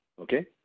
Okay